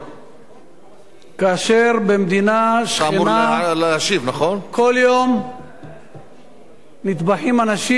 כאשר במדינה שכנה כל יום נטבחים אנשים,